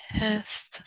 Yes